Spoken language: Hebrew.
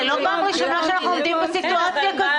זו לא הפעם הראשונה שאנחנו עומדים מול סיטואציה כזאת.